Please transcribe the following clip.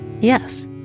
yes